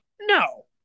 No